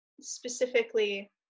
specifically